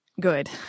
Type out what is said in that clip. good